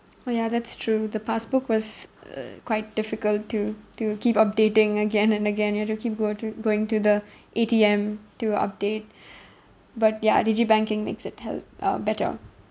oh ya that's true the passbook was uh quite difficult to to keep updating again and again you have to keep go to going to the A_T_M to update but ya digi banking makes it hel~ uh better